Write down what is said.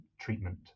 treatment